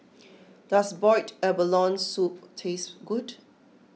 does Boiled Abalone Soup taste good